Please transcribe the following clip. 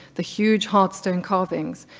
the huge hard stone carvings,